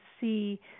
see